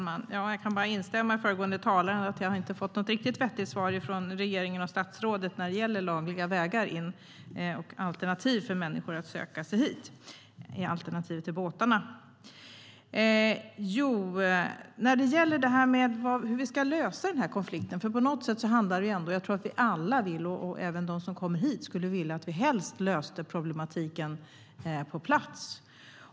Fru talman! Jag kan bara instämma med föregående talare. Jag har inte fått något riktigt vettigt svar från regeringen och statsrådet när det gäller lagliga vägar in och alternativ för människor att söka sig hit, alternativ till båtarna. Sedan gäller det hur vi ska lösa konflikten. Jag tror att vi alla helst skulle vilja, även de som kommer hit, att vi löste problematiken på plats.